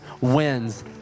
wins